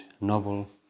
novel